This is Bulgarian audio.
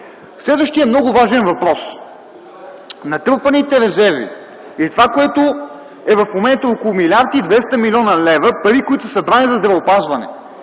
Следващият много важен въпрос. Натрупаните резерви и това, което е в момента около 1 млрд. 200 млн. лв. – пари, които са събрани за здравеопазване,